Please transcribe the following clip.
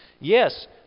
Yes